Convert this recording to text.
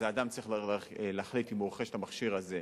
והאדם צריך להחליט אם הוא רוכש את המכשיר הזה,